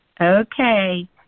Okay